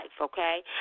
okay